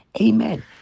amen